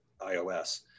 iOS